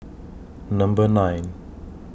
Number nine